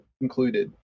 included